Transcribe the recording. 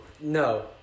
No